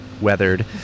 weathered